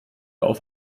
auf